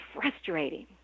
frustrating